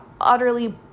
utterly